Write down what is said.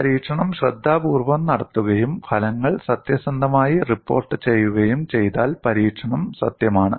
പരീക്ഷണം ശ്രദ്ധാപൂർവ്വം നടത്തുകയും ഫലങ്ങൾ സത്യസന്ധമായി റിപ്പോർട്ടുചെയ്യുകയും ചെയ്താൽ പരീക്ഷണം സത്യമാണ്